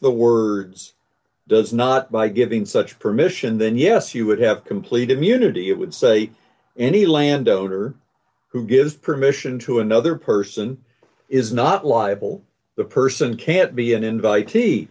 the words does not by giving such permission then yes you would have complete immunity it would say any landowner who gives permission to another person is not liable the person can't be an invite